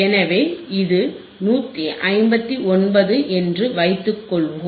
எனவே இது 159 என்று வைத்துக் கொள்வோம்